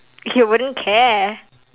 okay well don't care